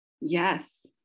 Yes